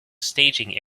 staging